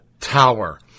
Tower